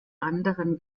anderen